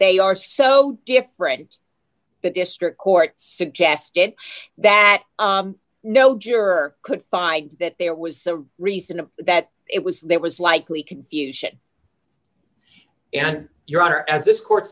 they are so different that district court suggested that no juror could find that there was a recent that it was there was likely confusion and your honor as this court